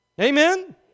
Amen